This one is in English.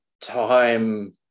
time